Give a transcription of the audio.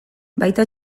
baita